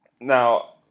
Now